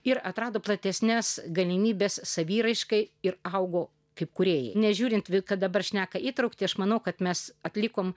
ir atrado platesnes galimybes saviraiškai ir augo kaip kūrėjai nežiūrint kad dabar šneką įtraukti aš manau kad mes atlikome